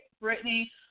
Brittany